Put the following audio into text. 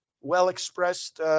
well-expressed